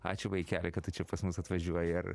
ačiū vaikeli kad tu čia pas mus atvažiuoji ir